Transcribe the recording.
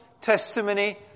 testimony